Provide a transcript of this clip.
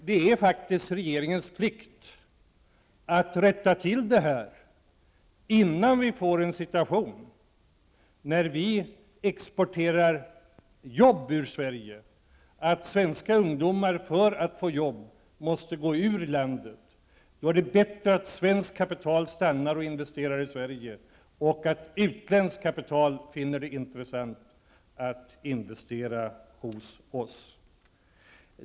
Det är faktiskt regeringens plikt att rätta till detta innan vi får en situation där vi exporterar jobb från Sverige. Det skulle innebära att svenska ungdomar måste gå ut ur landet för att få jobb. Då är det bättre att svenskt kapital stannar och investerar i Sverige och att utländskt kapital finner det intressant att investera hos oss.